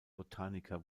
botaniker